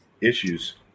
issues